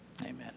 Amen